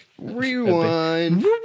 rewind